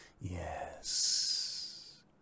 Yes